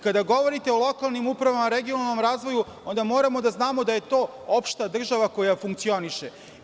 Kada govorite o lokalnim upravama, regionalnom razvoju, onda moramo da znamo da je to opšta država koja funkcioniše.